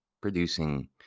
producing